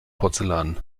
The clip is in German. porzellan